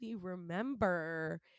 remember